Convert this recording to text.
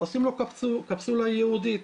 עושים לו קפסולה ייעודית,